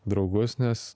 draugus nes